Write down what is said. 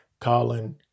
Colin